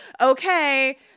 okay